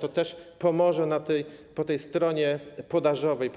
To też pomoże po tej stronie podażowej